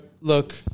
Look